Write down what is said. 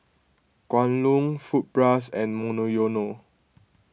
Kwan Loong Fruit Plus and Monoyono